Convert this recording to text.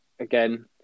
Again